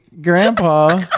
Grandpa